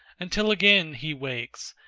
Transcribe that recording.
until again he wakes,